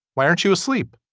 why aren't you asleep